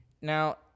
now